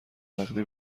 نقدی